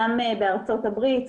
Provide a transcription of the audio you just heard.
גם בארה"ב,